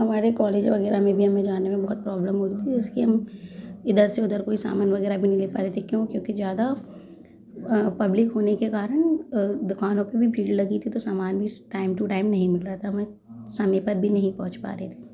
हमारे कॉलेज वगैरह जाने में भी बहुत प्रॉब्लम हो रही थी उस कारण हम इधर से उधर कुछ सामान वगैरह भी नहीं ले पा रहे थे क्यों क्योंकि ज़्यादा पब्लिक होने के कारण दुकानों पे भी भीड़ लगी थी तो समान भी टाइम टू टाइम नहीं मिलता था हमें समय पर भी नही पहुँच पा रहे थे